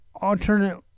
alternate